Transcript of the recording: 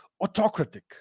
autocratic